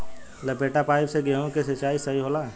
लपेटा पाइप से गेहूँ के सिचाई सही होला?